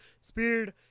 speed